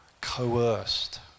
coerced